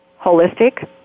holistic